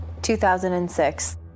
2006